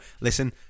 listen